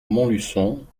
montluçon